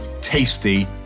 tasty